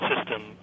system